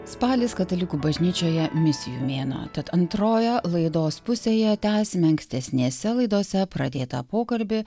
spalis katalikų bažnyčioje misijų mėnuo tad antroje laidos pusėje tęsime ankstesnėse laidose pradėtą pokalbį